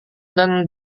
dan